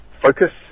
focus